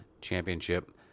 Championship